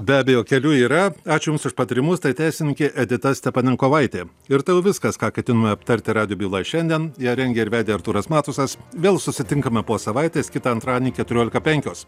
be abejo kelių yra ačiū jums už patarimus tai teisininkė edita stepanenkovaitė ir tai jau viskas ką ketinome aptarti radijo byloje šiandien ją rengė ir vedė artūras matusas vėl susitinkame po savaitės kitą antradienį keturiolika penkios